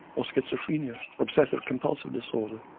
or schizophrenia, or obsessive compulsive disorder.